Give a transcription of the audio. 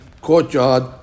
courtyard